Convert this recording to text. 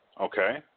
Okay